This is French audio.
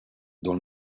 dans